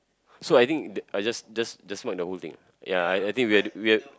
so I think just just just mark the whole thing ah ya I I think we had we had